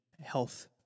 health